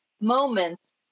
moments